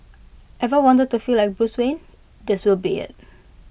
ever wanted to feel like Bruce Wayne this will be IT